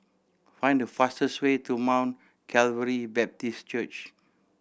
find the fastest way to Mount Calvary Baptist Church